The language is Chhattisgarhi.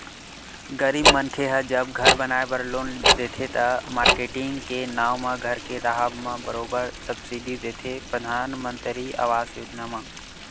गरीब मनखे ह जब घर बनाए बर लोन देथे त, मारकेटिंग के नांव म घर के राहब म बरोबर सब्सिडी देथे परधानमंतरी आवास योजना म